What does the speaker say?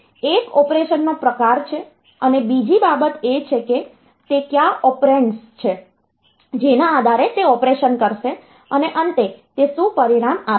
તેથી એક ઓપરેશનનો પ્રકાર છે અને બીજી બાબત એ છે કે તે કયા ઓપરેન્ડ્સ છે જેના આધારે તે ઓપરેશન કરશે અને અંતે તે શું પરિણામ આપે છે